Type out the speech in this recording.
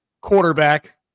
quarterback